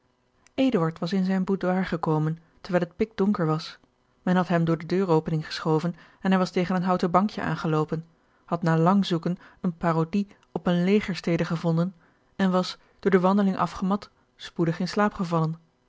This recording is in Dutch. was in zijn boudoir gekomen terwijl het pikdonker was men had hem door de deuropening geschoven en hij was tegen een houten bankje aangeloopen had na lang zoeken eene parodie op eene legerstede gevonden en was door de wandeling afgemat spoedig in slaap gevallen